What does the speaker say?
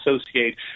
associate